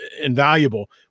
invaluable